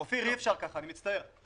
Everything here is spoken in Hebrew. אופיר, אי אפשר ככה, אני מצטער.